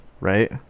Right